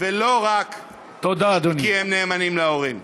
כי הם נאמנים להורים.